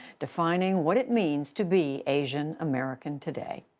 defining what it means to be asian american today.